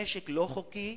נשק לא חוקי.